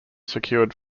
secured